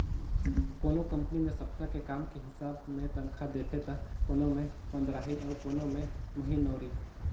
कोनो कंपनी मे सप्ता के काम के हिसाब मे तनखा देथे त कोनो मे पंदराही अउ कोनो मे महिनोरी